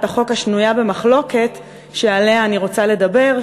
החוק השנויה במחלוקת שעליה אני רוצה לדבר,